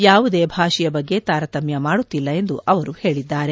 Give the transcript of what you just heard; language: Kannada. ಯಾವುದೇ ಭಾಷೆಯ ಬಗ್ಗೆ ತಾರತಮ್ಮ ಮಾಡುತ್ತಿಲ್ಲ ಎಂದು ಅವರು ಹೇಳಿದ್ದಾರೆ